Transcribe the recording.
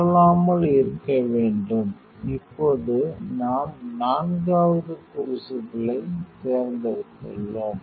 சுழலாமல் இருக்க வேண்டும் இப்போது நாம் நான்காவது க்ரூசிபிளைத் தேர்ந்தெடுத்துள்ளோம்